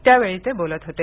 त्यावेळी ते बोलत होते